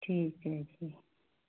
ਠੀਕ ਹੈ ਜੀ